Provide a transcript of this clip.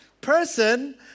person